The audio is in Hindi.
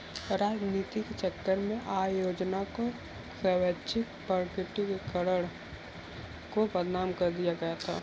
राजनीति के चक्कर में आय योजना का स्वैच्छिक प्रकटीकरण को बदनाम कर दिया गया था